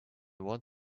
want